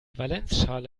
valenzschale